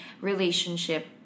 relationship